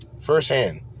firsthand